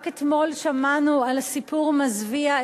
רק אתמול שמענו על סיפור מזוויע,